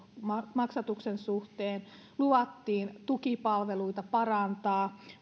maksatuksen suhteen luvattiin tukipalveluita parantaa